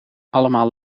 allemaal